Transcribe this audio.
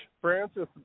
Francis